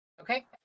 Okay